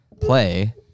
play